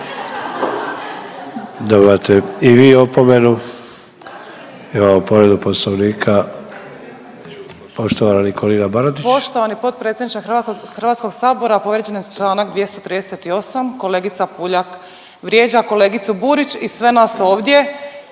Dobivate i vi opomenu. Imamo povredu Poslovnika poštovana Nikolina Baradić. **Baradić, Nikolina (HDZ)** Poštovani potpredsjedniče Hrvatskog sabora, povrijeđen je članak 238. Kolegica Puljak vrijeđa kolegicu Burić i sve nas ovdje.